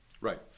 Right